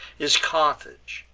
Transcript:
is carthage,